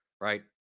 right